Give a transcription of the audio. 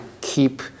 keep